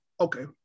okay